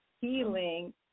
healing